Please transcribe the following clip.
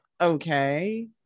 Okay